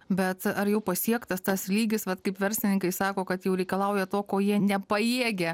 bet ar jau pasiektas tas lygis vat kaip verslininkai sako kad jau reikalauja to ko jie nepajėgia